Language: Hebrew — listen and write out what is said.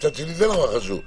ומצד שני זה נורא חשוב,